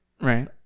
Right